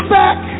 back